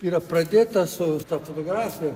yra pradėta su ta fotografija